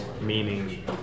meaning